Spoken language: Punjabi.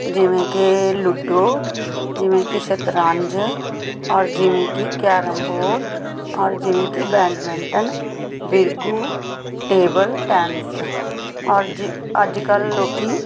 ਜਿਵੇਂ ਕਿ ਲੁੱਡੋ ਜਿਵੇਂ ਕਿ ਸ਼ਤਰੰਜ ਔਰ ਜਿਵੇਂ ਕਿ ਕੈਰਮ ਬੋਰਡ ਔਰ ਜਿਵੇਂ ਕਿ ਬੈਡਮਿੰਟਨ ਬਿਰਗੂ ਟੇਬਲ ਟੈਨਿਸ ਔਰ ਜਿ ਅੱਜ ਕੱਲ੍ਹ ਲੋਕ